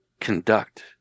conduct